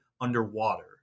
underwater